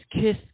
kiss